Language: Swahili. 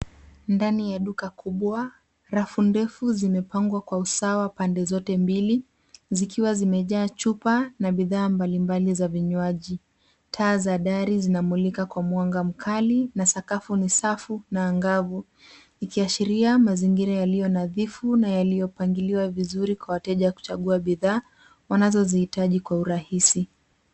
Ndani ya duka kubwa, rafu ndefu zimepangwa kwa usawa pande zote mbili. Zikiwa zimejaa chupa na bidhaa mbalimbali za vinywaji. Taa za dari zinamulika kwa mwanga mkali na sakafu ni safi na angavu ikisashiria mazingira yaliyonadhifu na yaliyopangiliwa vizuri kwa wateja kuchagua bidhaa wanazozihitaji kwa urahisi.